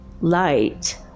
light